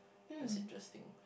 that's interesting